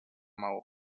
maó